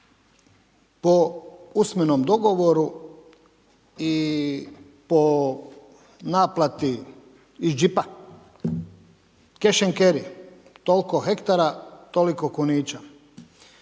po usmenom dogovoru i po naplati iz džipa, cash and carry, toliko hektara, toliko kunića.